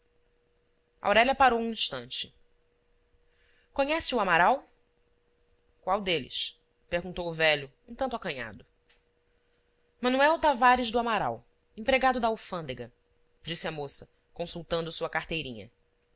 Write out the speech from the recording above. aurélia parou um instante conhece o amaral qual deles perguntou o velho um tanto acanhado manuel tavares do amaral empregado da alfândega disse a moça consultando sua carteirinha